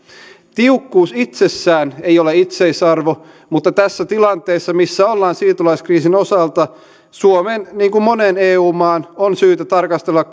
tiukkuus itsessään ei ole itseisarvo mutta tässä tilanteessa missä ollaan siirtolaiskriisin osalta suomen niin kuin monen eu maan on syytä tarkastella